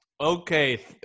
Okay